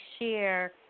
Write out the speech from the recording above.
share